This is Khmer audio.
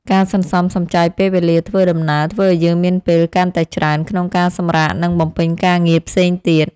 ការសន្សំសំចៃពេលវេលាធ្វើដំណើរធ្វើឱ្យយើងមានពេលកាន់តែច្រើនក្នុងការសម្រាកនិងបំពេញការងារផ្សេងទៀត។